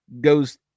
goes